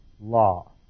law